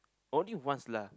only once lah